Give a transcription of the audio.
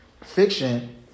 fiction